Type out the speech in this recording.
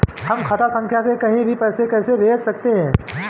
हम खाता संख्या से कहीं भी पैसे कैसे भेज सकते हैं?